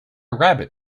rabbit